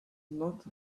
not